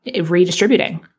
redistributing